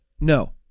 no